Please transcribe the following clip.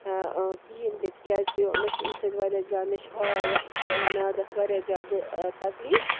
کِہیٖنۍ تہِ تِکیٛازتہِ مےٚ چھُ اَمۍ سۭتۍ واریاہ زیادٕ مےٚ چھُ ہاے یَتھٕ میٛادَس واریاہ زیادٕ تکلیٖف